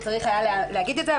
ושהיה צריך להגיד את זה,